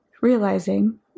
realizing